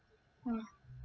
oh